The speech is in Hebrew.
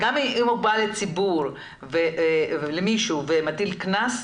תמיד גם אם הוא בא למישהו ומטיל קנס,